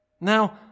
Now